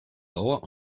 bauer